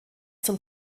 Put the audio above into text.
zum